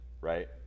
right